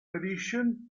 edition